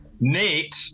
Nate